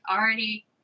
already